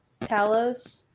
Talos